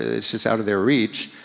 it's just out of their reach,